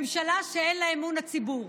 ממשלה שאין לה אמון הציבור.